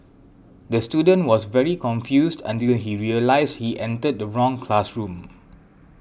the student was very confused until he realised he entered the wrong classroom